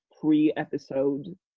pre-episode